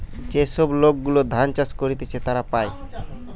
যে সব লোক গুলা ধান চাষ করতিছে তারা পায়